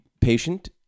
patient